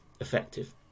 effective